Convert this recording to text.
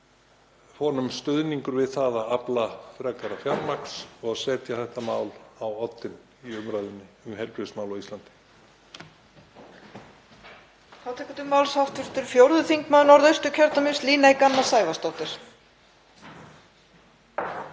honum stuðningur við að afla frekara fjármagns og setja þetta mál á oddinn í umræðunni um heilbrigðismál á Íslandi.